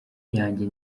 yanjye